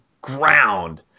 ground